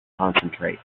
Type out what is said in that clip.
concentrate